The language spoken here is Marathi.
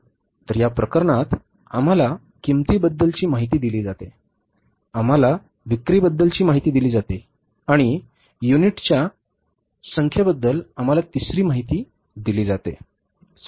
तर या प्रकरणात आम्हाला किंमतीबद्दलची माहिती दिली जाते आम्हाला विक्रीबद्दलची माहिती दिली जाते आणि युनिटच्या संख्येबद्दल आम्हाला तिसरी माहिती दिली जाते